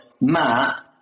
Matt